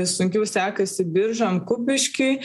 sunkiau sekasi biržam kupiškiui